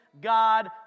God